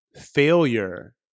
failure